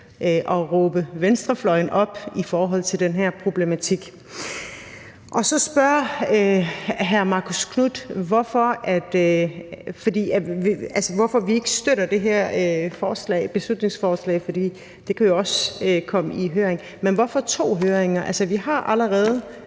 at råbe venstrefløjen op i forhold til den her problematik. Så spørger hr. Marcus Knuth, hvorfor vi ikke støtter det her beslutningsforslag, fordi det jo også kan komme i høring. Men hvorfor to høringer? Altså, vi har allerede